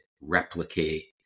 replicate